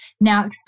Now